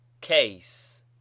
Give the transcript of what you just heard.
Case